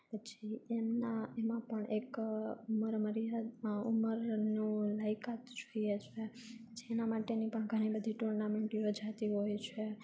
પછી એમના એમાં પણ એક મરમરીહદમાં ઉંમરનું લાયકાત જોઈએ છે જેના માટેની પણ ઘણી બધી ટુર્નામેન્ટ યોજાતી હોય છે